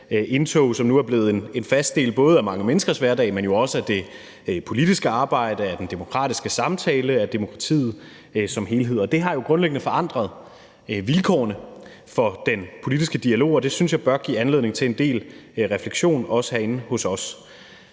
både er blevet en fast del af mange menneskers hverdag, men jo også af det politiske arbejde, den demokratiske samtale og demokratiet som helhed. Det har grundlæggende forandret vilkårene for den politiske dialog, og det synes jeg bør give anledning til en del refleksion, også herinde hos os.